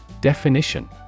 Definition